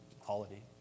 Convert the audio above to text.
quality